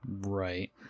right